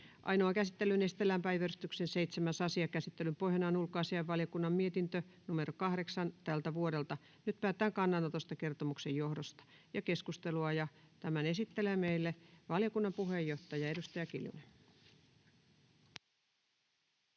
Ainoaan käsittelyyn esitellään päiväjärjestyksen 7. asia. Käsittelyn pohjana on ulkoasiainvaliokunnan mietintö UaVM 8/2024 vp. Nyt päätetään kannanotosta kertomuksen johdosta. — Keskustelua, ja tämän esittelee meille valiokunnan puheenjohtaja, edustaja Kiljunen.